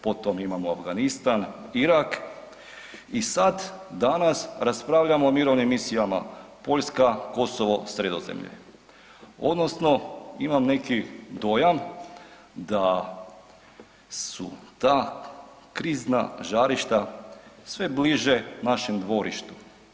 Potom imamo Afganistan, Irak i sad danas, raspravljamo o mirovnim misijama Poljska, Kosovo, Sredozemlje odnosno imam neki dojam da su ta krizna žarišta sve bliže našem dvorištu.